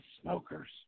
smokers